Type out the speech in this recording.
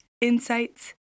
Insights